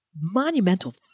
monumental